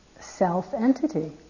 self-entity